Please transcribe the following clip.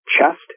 chest